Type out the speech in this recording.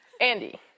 Andy